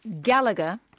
Gallagher